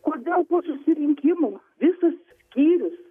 kodėl po susirinkimų visas skyrius